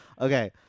Okay